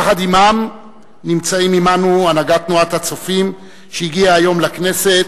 יחד עמם נמצאים עמנו הנהגת תנועת "הצופים" שהגיעה היום לכנסת